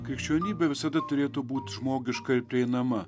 krikščionybė visada turėtų būt žmogiška ir prieinama